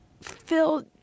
Phil